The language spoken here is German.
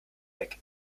weg